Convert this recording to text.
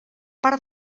part